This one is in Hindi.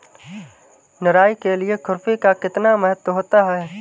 निराई के लिए खुरपी का कितना महत्व होता है?